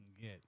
get